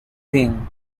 thing